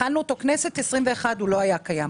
בכנסת 21 הוא לא היה קיים.